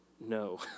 No